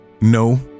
No